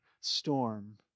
storm